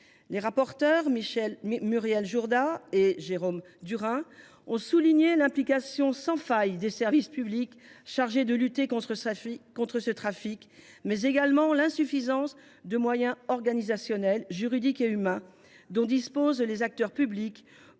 Les rapporteurs Muriel Jourda et Jérôme Durain ont souligné l’implication sans faille des services publics chargés de lutter contre ce trafic, mais également l’insuffisance de moyens organisationnels, juridiques et humains dont disposent les acteurs publics.